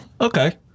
Okay